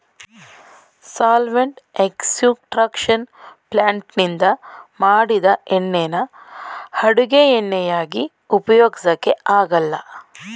solvent extraction ಪ್ಲಾಂಟ್ನಿಂದ ಮಾಡಿದ್ ಎಣ್ಣೆನ ಅಡುಗೆ ಎಣ್ಣೆಯಾಗಿ ಉಪಯೋಗ್ಸಕೆ ಆಗಲ್ಲ